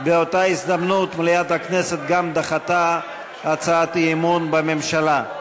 באותה הזדמנות מליאת הכנסת גם דחתה הצעת האי-אמון בממשלה.